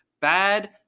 Bad